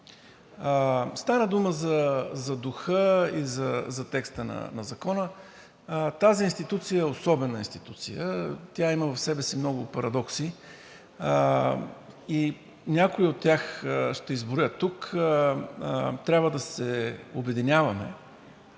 Стана дума за духа и за текста на закона. Тази институция е особена институция. Тя има в себе си много парадокси. Някои от тях ще изброя тук. Трябва да се обединяваме